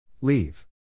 Leave